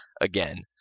again